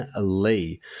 Lee